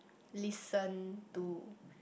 listen to